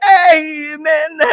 amen